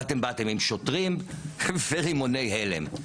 ואתם באתם עם שוטרים ורימוני הלם.